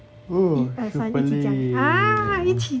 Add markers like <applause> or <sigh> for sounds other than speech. <noise> super~